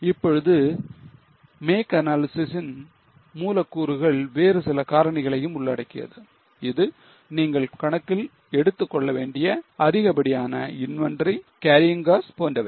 இப்பொழுது make analysis ன் மூலக்கூறுகள் வேறு சில காரணிகளையும் உள்ளடக்கியது அது நீங்கள் கணக்கில் எடுத்துக்கொள்ள வேண்டிய அதிகப்படியான inventory Carrying cost போன்றவை